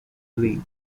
league